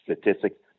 statistics